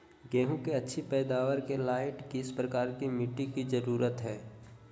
गेंहू की अच्छी पैदाबार के लाइट किस प्रकार की मिटटी की जरुरत है?